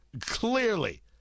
Clearly